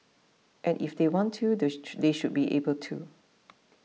and if they want to they they should be able to